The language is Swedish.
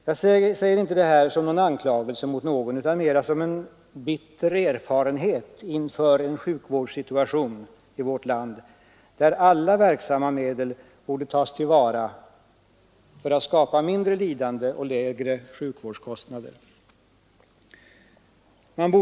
Jag säger inte detta som en anklagelse mot någon utan mera som en bitter erfarenhet inför en sjukdomssituation i vårt land där alla verksamma medel borde tas till vara för att skapa mindre lidande och lägre sjukvårdskostnader.